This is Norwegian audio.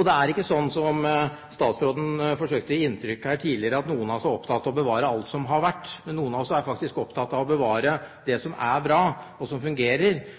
Det er ikke slik som statsråden forsøkte å gi inntrykk av her tidligere, at noen av oss er opptatt av å bevare alt som har vært. Men noen av oss er faktisk også opptatt av å bevare det som er bra, og som fungerer,